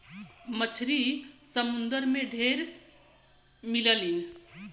मछरी समुंदर में ढेर मिललीन